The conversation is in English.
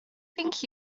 thank